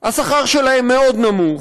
השכר שלהם מאוד נמוך,